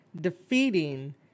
defeating